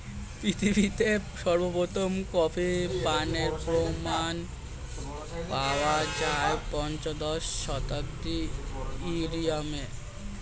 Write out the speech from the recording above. পৃথিবীতে সর্বপ্রথম কফি পানের প্রমাণ পাওয়া যায় পঞ্চদশ শতাব্দীর ইয়েমেনে